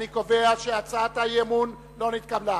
אני קובע שהצעת האי-אמון לא נתקבלה.